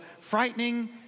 frightening